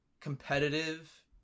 competitive